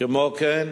כמו כן,